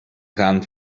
gaan